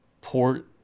port